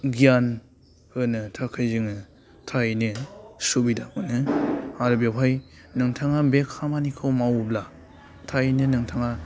गियान होनो थाखाय जोङो थारैनो सुबिदा मोनो आरो बेवहाय नोंथाङा बे खामानिखौ मावोब्ला थारैनो नोंथाङा